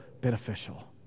beneficial